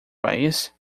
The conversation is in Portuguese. país